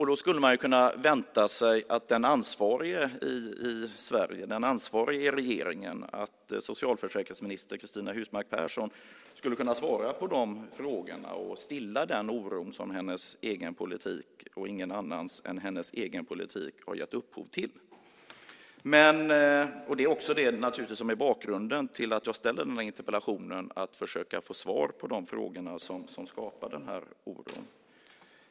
Då skulle man vänta sig att den ansvariga i Sverige, den ansvariga i regeringen, socialförsäkringsminister Cristina Husmark Pehrsson, skulle kunna svara på frågorna och stilla den oro som hennes egen politik - ingen annans än hennes - har gett upphov till. Det är också det som är bakgrunden till att jag ställer den här interpellationen. Jag vill försöka få svar på de frågor som skapar oro.